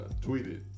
tweeted